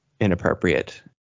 inappropriate